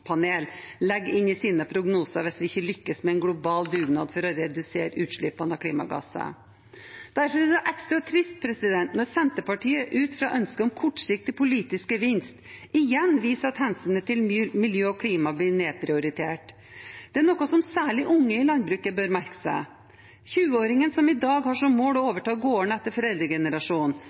legger inn i sine prognoser, hvis vi ikke lykkes med en global dugnad for å redusere utslippene av klimagasser. Derfor er det ekstra trist når Senterpartiet ut fra ønsket om kortsiktig politisk gevinst igjen viser at hensynet til miljø og klima blir nedprioritert. Det er noe særlig unge i landbruket bør merke seg. 20-åringen som i dag har som mål å overta gården etter foreldregenerasjonen,